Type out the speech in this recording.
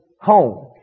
home